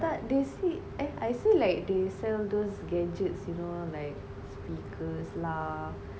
tak they see eh I see like they sell those gadgets you know like speakers lah